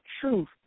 truth